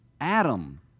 Adam